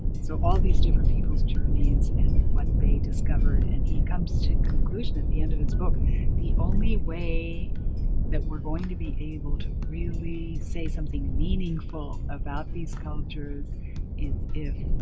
so all these different people's journeys and what they discovered. and he comes to a conclusion at the end of his book the only way that we're going to be able to really say something meaningful about these cultures is if